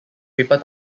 paper